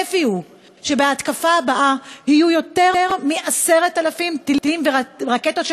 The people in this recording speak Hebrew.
הצפי הוא שבהתקפה הבאה יהיו יותר מ-10,000 טילים ורקטות,